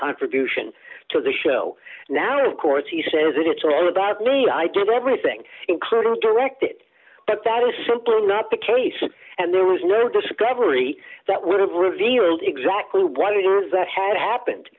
contribution to the show now of course he says it's all about me i did everything including directed that that is simply not the case and there was no discovery that would have revealed exactly why the things that had happened